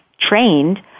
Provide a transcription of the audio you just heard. trained